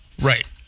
Right